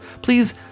Please